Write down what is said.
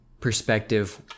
perspective